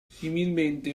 similmente